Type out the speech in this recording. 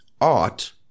art